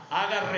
haga